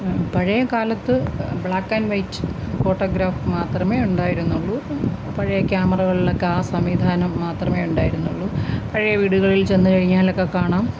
പഴയ കാലത്ത് black and white photograph മാത്രമേ ഉണ്ടായിരുന്നുള്ളൂ പഴയ ക്യാമറകളിലൊക്കെ ആ സംവിധാനം മാത്രമേ ഉണ്ടായിരുന്നുള്ളു പഴയ വീടുകളിൽ ചെന്നുകഴിഞ്ഞാലൊക്കെ കാണാം